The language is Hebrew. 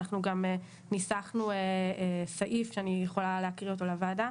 אנחנו גם ניסחנו סעיף שאני יכולה לקריא אותו לוועדה.